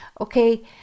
okay